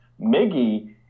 Miggy